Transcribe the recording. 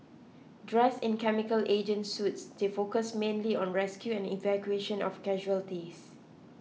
dressed in chemical agent suits they focus mainly on rescue and evacuation of casualties